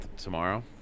Tomorrow